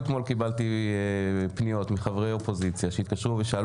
אתמול קיבלתי פניות מחברי אופוזיציה שהתקשרו ושאלו